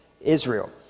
Israel